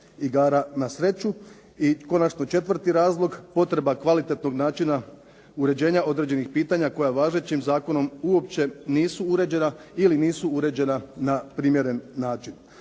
igara na sreću. I konačno četvrti razlog, potreba kvalitetnog načina uređenja određenih pitanja koja važećim zakonom nisu uređena ili nisu uređena na primjeren način.